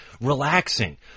relaxing